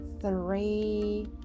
Three